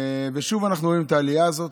ושוב אנחנו רואים את העלייה הזאת.